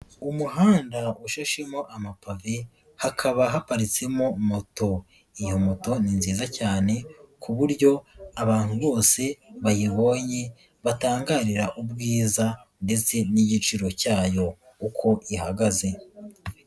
Umuhanda ushishemo amapave, hakaba haparitsemo moto. Iyo moto ni nziza cyane ku buryo abantu bose bayibonye batangarira ubwiza ndetse n'igiciro cyayo uko ihagaze.